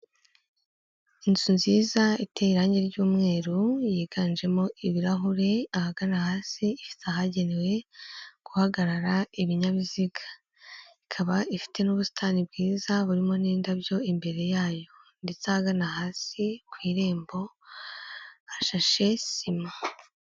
Inzu nziza iteye irangi ry'umweru yiganjemo ibirahure ahagana hasi, ifite ahagenewe guhagarara ibinyabiziga, ikaba ifite n'ubusitani bwiza burimo n'indabyo imbere yayo, ndetse ahagana hasi ku irembo hashashe sima.